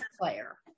player